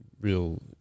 real